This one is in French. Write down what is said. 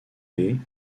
les